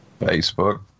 Facebook